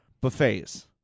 Buffets